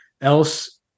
else